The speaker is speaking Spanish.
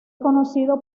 conocido